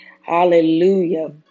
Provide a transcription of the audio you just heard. Hallelujah